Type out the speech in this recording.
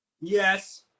Yes